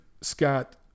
Scott